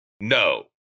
no